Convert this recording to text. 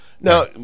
Now